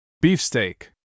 Beefsteak